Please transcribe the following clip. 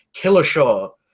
Killershaw